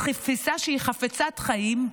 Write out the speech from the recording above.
בתפיסה שהיא חפצת חיים,